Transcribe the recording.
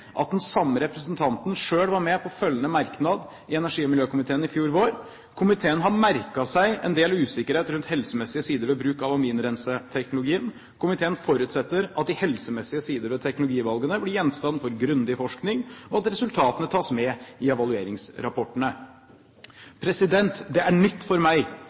at den samme representanten selv var med på følgende merknad i energi- og miljøkomiteen i fjor vår: «Komiteen har merket seg en del usikkerhet rundt helsemessige sider ved bruk av aminrenseteknologien. Komiteen forutsetter at de helsemessige sider ved teknologivalgene blir gjenstand for grundig forskning, og at resultatene tas med i evalueringsrapportene.» Det er nytt for meg